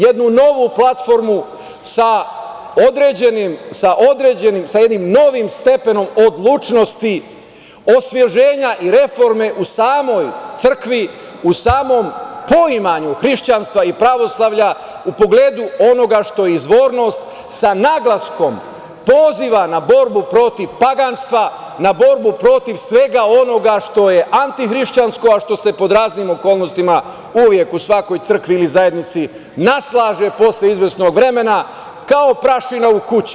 Jednu novu platformu sa jednim novim stepenom odlučnosti, osveženja i reforme u samoj crkvi, u samom poimanju hrišćanstva i pravoslavlja u pogledu onoga što je izvornost sa naglaskom poziva na borbu protiv paganstva, na borbu protiv svega onoga što je antihrišćansko, a što se pod raznim okolnostima uvek u svakoj crkvi ili zajednici naslaže posle izvesnog vremena kao prašina u kući.